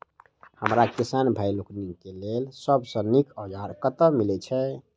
हमरा किसान भाई लोकनि केँ लेल सबसँ नीक औजार कतह मिलै छै?